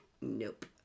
nope